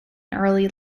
early